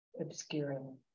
obscuring